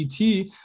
ET